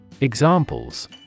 Examples